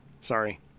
sorry